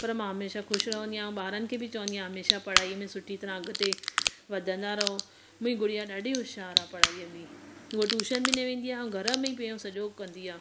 पर मां हमेशा खुश रहंदी आहिया ऐं ॿारनि खे बि चवंदी आहियां हमेशह पढ़ाईअ में सुठी तरह अॻिते वधंदा रहो मुंहिंजी गुड़िया ॾाढी होश्यारु आहे पढ़ाईअ में उहा ट्यूशन बि न वेंदी आहे ऐं घर में ई पंहिंजो सॼो कंदी आहे